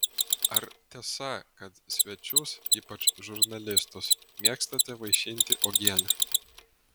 ar tiesa kad svečius ypač žurnalistus mėgstate vaišinti uogiene